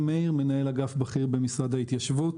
אני מנהל אגף בכיר במשרד ההתיישבות.